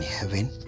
heaven